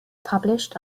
published